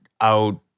out